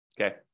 Okay